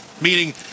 Meaning